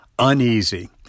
Uneasy